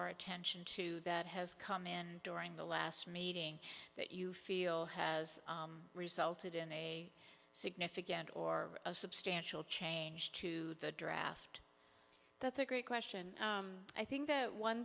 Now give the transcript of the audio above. our attention to that has come in during the last meeting that you feel has resulted in a significant or a substantial change to the draft that's a great question i think